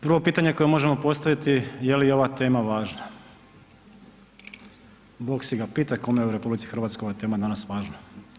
Prvo pitanje koje možemo postaviti je li ova tema važna, bog si ga pitaj kome je u RH ova tema danas važna.